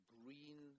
green